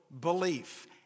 belief